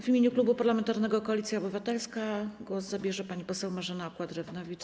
W imieniu Klubu Parlamentarnego Koalicja Obywatelska głos zabierze pani poseł Marzena Okła-Drewnowicz.